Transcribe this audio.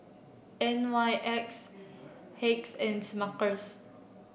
N Y X Hacks and Smuckers